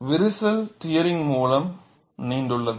விரிசல் டியரிங்மூலம் நீண்டுள்ளது